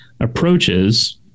approaches